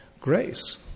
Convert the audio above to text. grace